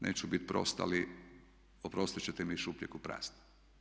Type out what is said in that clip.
Neću biti prost ali oprostit ćete mi iz šupljeg u prazno.